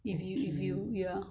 if you if you ya